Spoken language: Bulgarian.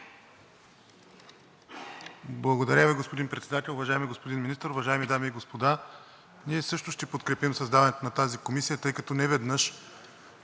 Благодаря Ви, господин Председател. Уважаеми господин Министър, уважаеми дами и господа! Ние също ще подкрепим създаването на тази комисия, тъй като неведнъж